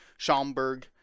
Schomburg